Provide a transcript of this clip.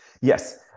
Yes